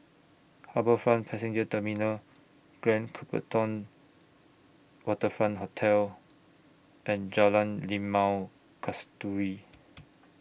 HarbourFront Passenger Terminal Grand Copthorne Waterfront Hotel and Jalan Limau Kasturi